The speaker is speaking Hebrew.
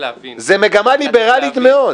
זו מגמה ליברלית מאוד.